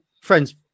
friends